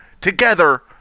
together